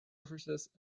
officers